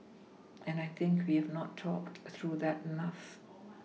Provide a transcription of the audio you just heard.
and I think we have not talked through that enough